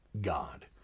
God